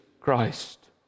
Christ